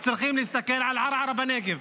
צריכים להסתכל על ערערה בנגב.